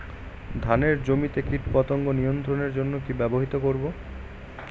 ধানের জমিতে কীটপতঙ্গ নিয়ন্ত্রণের জন্য কি ব্যবহৃত করব?